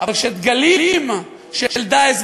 אבל כשדגלים של "דאעש",